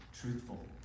truthful